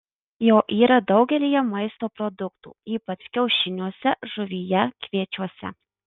jo yra daugelyje maisto produktų ypač kiaušiniuose žuvyje kviečiuose